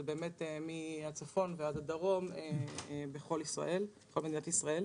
זה מהצפון ועד הדרום, בכל מדינת ישראל.